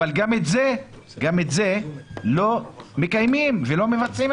אבל גם את זה לא מקיימים ולא מבצעים,